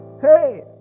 hey